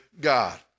God